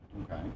Okay